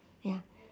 ya